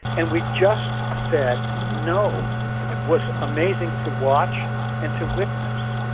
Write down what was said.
and we just said no. it was amazing to watch and to witness.